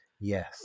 yes